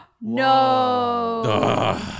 No